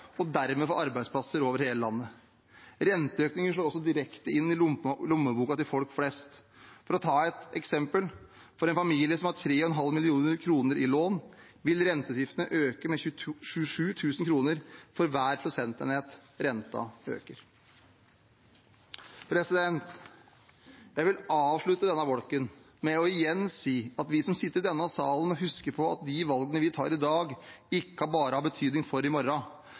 og dermed for arbeidsplasser over hele landet. Renteøkninger slår også direkte inn i lommeboken til folk flest. For å ta et eksempel: For en familie som har 3,5 mill. kr i lån, vil renteutgiftene øke med 27 000 kr for hver prosentenhet renten øker. Jeg vil avslutte denne bolken med igjen å si at vi som sitter i denne salen nå, må huske på at de valgene vi tar i dag, ikke bare har betydning for i morgen,